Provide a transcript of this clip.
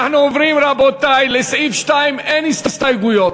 אנחנו עוברים, רבותי, לסעיף 2 אין הסתייגויות.